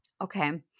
Okay